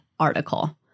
article